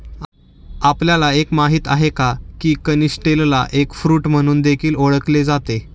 आपल्याला माहित आहे का? की कनिस्टेलला एग फ्रूट म्हणून देखील ओळखले जाते